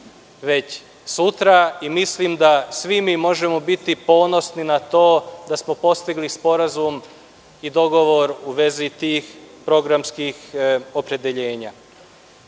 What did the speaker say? već sutra. Mislim da svi mi možemo biti ponosni na to da smo postigli sporazum i dogovor u vezi tih programskih opredeljenja.U